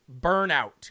Burnout